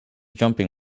jumping